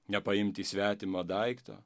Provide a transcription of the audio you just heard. nepaimti svetimo daikto